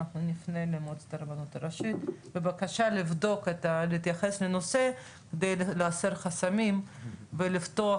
למועצת הרבנות הראשית בבקשה להתייחס לנושא כדי להסיר חסמים ולפתוח